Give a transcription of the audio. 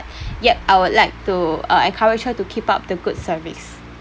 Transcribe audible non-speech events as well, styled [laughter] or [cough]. [breath] yup I would like to uh encourage her to keep up the good service